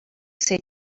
say